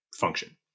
function